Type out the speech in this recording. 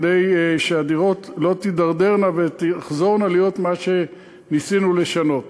כדי שהדירות לא תידרדרנה ותחזורנה למה שניסינו לשנות.